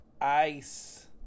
Ice